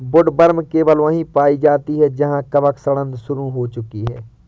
woodworm केवल वहीं पाई जाती है जहां कवक सड़ांध शुरू हो चुकी है